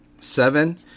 seven